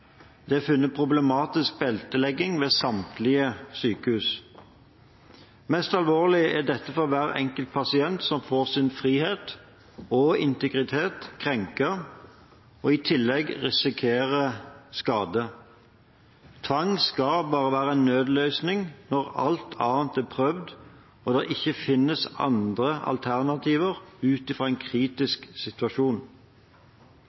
Det er funnet problematisk beltelegging ved samtlige sykehus. Mest alvorlig er dette for hver enkelt pasient som får sin frihet og integritet krenket, og i tillegg risikerer skade. Tvang skal bare være en nødløsning når alt annet er prøvd og det ikke finnes andre alternativer for å komme ut av en